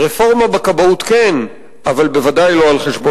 צמצום שירותי הכבאות היה מחדל פושע אבל הוא לא היה מחדל